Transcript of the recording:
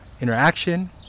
interaction